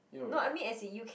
ya what